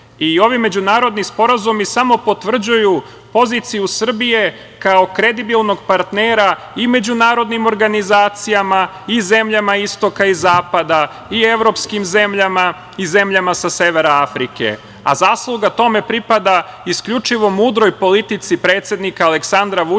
Ovi međunarodni sporazumi samo potvrđuju poziciju Srbije kao kredibilnog partnera i međunarodnim organizacijama i zemljama istoka i zapada, i evropskim zemljama, i zemljama sa severa Afrike. Zasluga tome pripada isključivo mudroj politici predsednika Aleksandra Vučića,